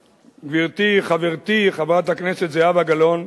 גברתי, חברתי, חברת הכנסת זהבה גלאון,